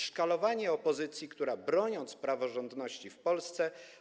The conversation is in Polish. Szkalowanie opozycji, która broni praworządności w Polsce.